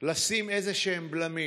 לשים איזשהם בלמים,